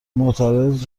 معظرت